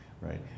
right